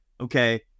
Okay